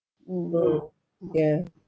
mm ya